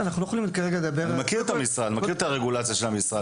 אני מכיר את הרגולציה של המשרד.